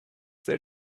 they